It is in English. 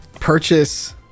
purchase